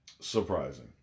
surprising